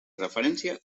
referència